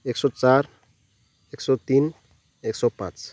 एक सय चार एक सय तिन एक सय पाँच